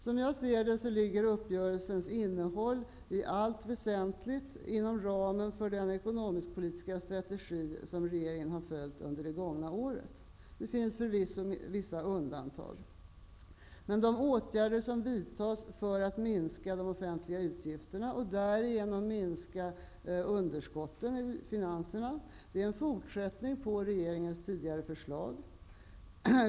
Som jag ser det ligger uppgörelsens innehåll i allt väsentligt inom ramen för den ekonomisk-politiska strategi regeringen har följt under det gångna året. Det finns förvisso undantag. De åtgärder som vidtas för att minska de offentliga utgifterna och därigenom minska underskottet i finanserna är en fortsättning på regeringens tidigare förslag.